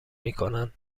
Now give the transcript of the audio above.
میکنند